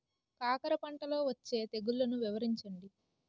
కాకర పంటలో వచ్చే తెగుళ్లను వివరించండి?